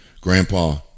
Grandpa